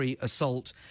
assault